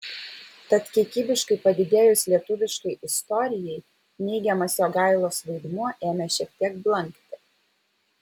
tad kiekybiškai padidėjus lietuviškai istorijai neigiamas jogailos vaidmuo ėmė šiek tiek blankti